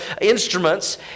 instruments